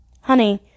Honey